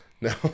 no